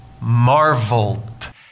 marveled